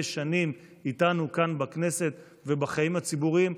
שנים איתנו כאן בכנסת ובחיים הציבוריים,